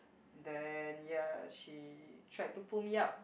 then ya she tried to pull me up